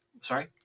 sorry